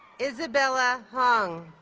isabella huang